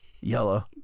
Yellow